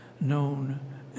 known